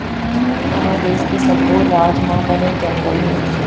हमर देस के सब्बो राज म बनेच जंगल हे